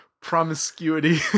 promiscuity